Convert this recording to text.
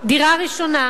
דירה ראשונה.